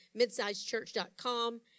midsizechurch.com